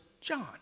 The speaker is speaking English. John